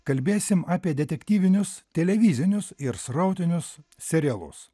kalbėsim apie detektyvinius televizinius ir srautinius serialus